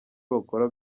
bakora